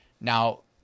now